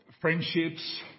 friendships